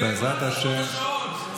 תעצור את השעון.